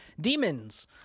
demons